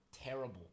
terrible